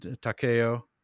Takeo